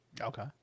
Okay